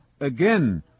again